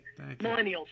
millennials